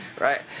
Right